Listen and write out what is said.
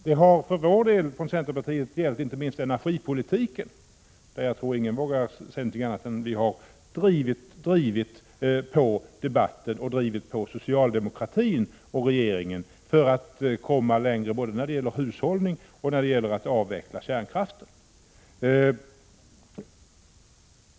Det har för centerns del gällt inte minst energipolitiken, där ingen kan säga annat än att vi har drivit på socialdemokraterna och regeringen för att komma längre både när det gäller hushållning och när det gäller att avveckla kärnkraften.